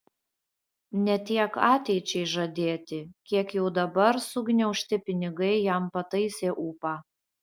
ne tiek ateičiai žadėti kiek jau dabar sugniaužti pinigai jam pataisė ūpą